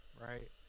right